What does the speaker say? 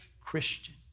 Christian